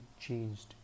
changed